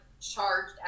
charged